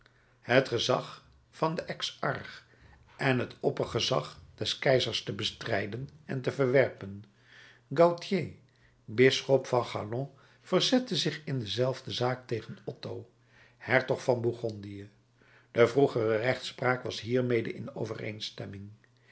het gezag van den exarch en het oppergezag des keizers te bestrijden en te verwerpen gauthier bisschop van châlons verzette zich in dezelfde zaak tegen otto hertog van bourgondië de vroegere rechtspraak was hiermede in overeenstemming